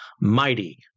mighty